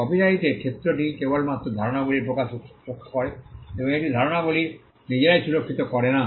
কপিরাইটের ক্ষেত্রটি কেবলমাত্র ধারণাগুলিরই প্রকাশকে রক্ষা করে এবং এটি ধারণাগুলি নিজেরাই সুরক্ষিত করে না